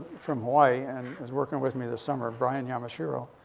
from hawaii and is workin' with me this summer, brian yamashiro.